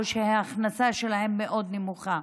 או שההכנסה שלהם מאוד נמוכה.